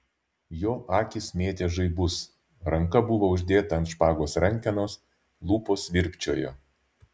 jo akys mėtė žaibus ranka buvo uždėta ant špagos rankenos lūpos virpčiojo